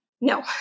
no